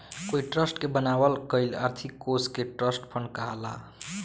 कोई ट्रस्ट के बनावल गईल आर्थिक कोष के ट्रस्ट फंड कहाला